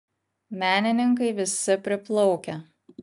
menininkai visi priplaukę